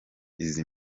izi